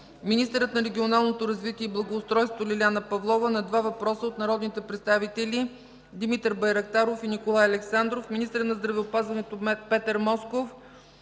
министърът на регионалното развитие и благоустройството Лиляна Павлова на 2 въпроса от народните представители Димитър Байрактаров, и Николай Александров; - министърът на здравеопазването Петър Москов